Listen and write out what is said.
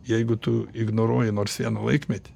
jeigu tu ignoruoji nors vieną laikmetį